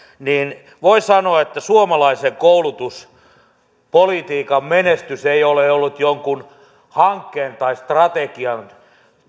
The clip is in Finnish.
niin voi sanoa että suomalaisen koulutuspolitiikan menestys ei ole ollut jonkun hankkeen tai strategian